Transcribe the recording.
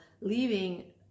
leaving